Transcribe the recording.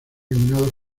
eliminados